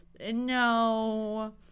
No